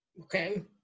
Okay